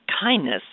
kindness